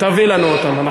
תביא לנו אותם.